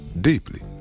Deeply